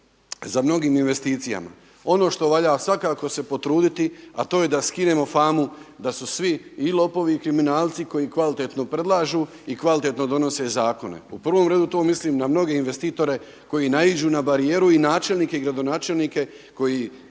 za mnogim investicijama. Ono što valja svakako se potruditi a to je da skinemo famu da su svi i lopovi i kriminalci koji kvalitetno predlažu i kvalitetno donose zakone. U prvom redu to mislim na mnoge investitore koji naiđu na barijeru i načelnike i gradonačelnike koji